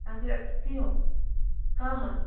हाँ जी रखती हूँ हाँ हाँ